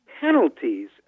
Penalties